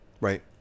right